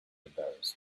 embarrassed